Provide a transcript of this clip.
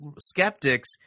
skeptics